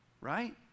right